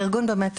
בארגון,